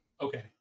okay